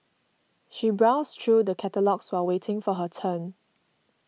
she browsed through the catalogues while waiting for her turn